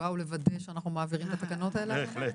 באו לוודא שאנחנו מעבירים את התקנות האלה היום?